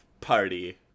party